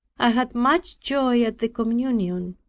i had much joy at the communion.